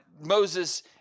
Moses